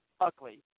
ugly